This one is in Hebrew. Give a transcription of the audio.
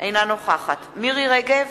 אינה נוכחת מירי רגב,